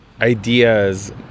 ideas